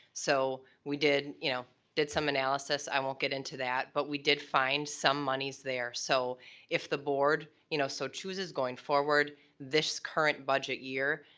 so we did you know did some analysis, i won't get into that, but we did find some monies there. so if the board you know so chooses going forward this current budget year,